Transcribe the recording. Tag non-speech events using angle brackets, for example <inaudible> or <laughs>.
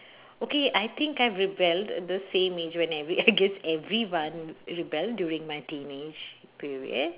okay I think I've rebelled th~ the same age when every <laughs> I guess everyone rebel during my teenage period